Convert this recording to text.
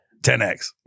10x